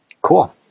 cool